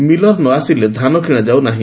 miller ନ ଆସିଲେ ଧାନ କିଶାଯାଉ ନାହି